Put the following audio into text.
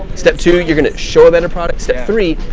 step two, you're gonna show a better product. step three,